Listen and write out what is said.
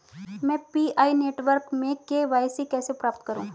मैं PI network में KYC कैसे प्राप्त करूँ?